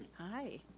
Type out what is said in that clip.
hi.